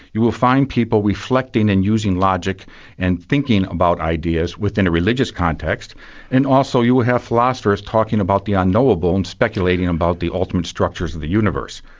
you will find people reflecting and using logic and thinking about ideas within a religious context and also you have philosophers talking about the unknowable and speculating about the ultimate structures of the universe.